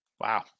Wow